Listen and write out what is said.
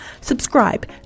Subscribe